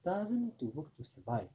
doesn't need to work to survive